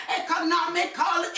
economical